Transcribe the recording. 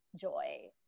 joy